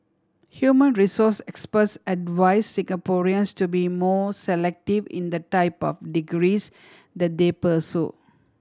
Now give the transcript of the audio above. human resource experts advise Singaporeans to be more selective in the type of degrees that they pursue